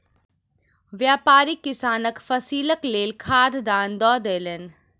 व्यापारी किसानक फसीलक लेल खाद दान दअ देलैन